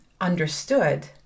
understood